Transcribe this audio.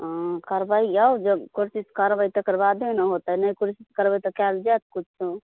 करबैयौ जब कोशिश करबै तकर बादे ने होतै नहि कोशिश करबै तऽ कयल जायत किछो